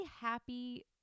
happy